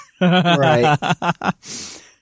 Right